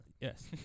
Yes